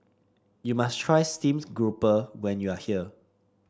you must try Steamed Grouper when you are here